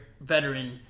Veteran